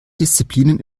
disziplinen